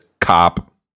cop